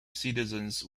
citizens